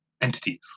entities